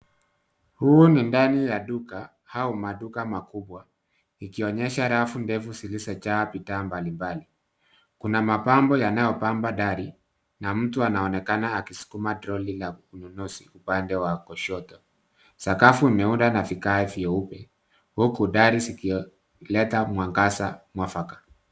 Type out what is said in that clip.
Huu ni ndani ya duka au maduka makubwa, ikionyesha rafu ndefu zilizojaa bidhaa mbali mbali. Kuna mapambo yanayopamba dari, na mtu anaoekana akisukuma troli la ununuzi upande wa kushoto. Sakafu imeundwa na vigae vyeupe, huku dari zikileta mwangaza mwafaka.